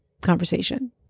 conversation